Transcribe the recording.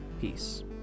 Peace